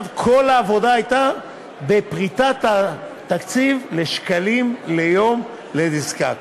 כל העבודה הייתה פריטת התקציב לשקלים ליום לנזקק.